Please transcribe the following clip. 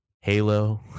Halo